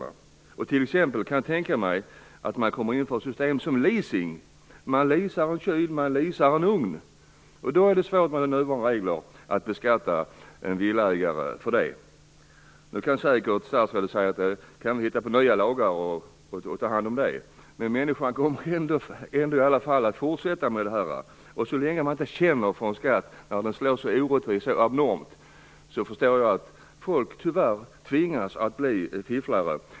Jag kan t.ex. tänka mig att det införs leasingsystem. Man leasar en kyl eller en ugn. Då blir det svårt att med nuvarande regler beskatta villaägaren för det. Statsrådet säger då säkert att det går att hitta nya lagar för det. Men människor kommer ändå att fortsätta på det här viset. Så länge folk inte känner för en skatt som slår så orättvist och abnormt tvingas folk, tyvärr, att bli fifflare.